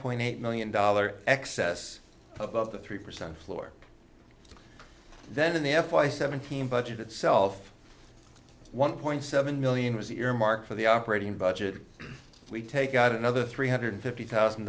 point eight million dollars excess above the three percent floor then the f i seventeen budget itself one point seven million was earmarked for the operating budget we take out another three hundred fifty thousand